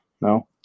No